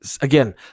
again